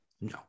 no